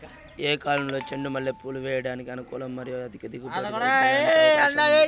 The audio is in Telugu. ఏ కాలంలో చెండు మల్లె పూలు వేయడానికి అనుకూలం మరియు అధిక దిగుబడి సాధించడానికి అవకాశం ఉంది?